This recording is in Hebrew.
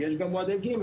כי יש גם מועדי ג',